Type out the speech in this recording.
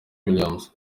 williams